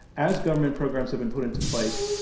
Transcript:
as government programs have been put into place,